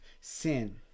sin